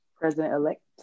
President-elect